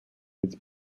its